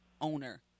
owner